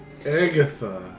Agatha